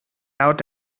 out